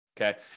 okay